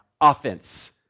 offense